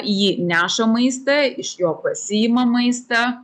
į jį neša maistą iš jo pasiima maistą